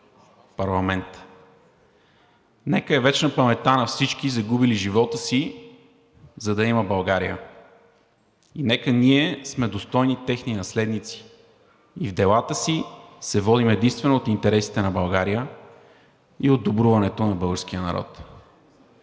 парламент. Нека е вечна паметта на всички, загубили живота си, за да я има България! Нека ние сме достойни техни наследници и в делата си се водим единствено от интересите на България и от добруването на българския народ!